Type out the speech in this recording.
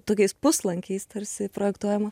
tokiais puslankiais tarsi projektuojama